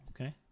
okay